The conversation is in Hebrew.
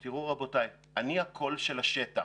רבותיי, אני הקול של השטח.